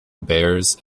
bears